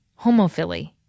Homophily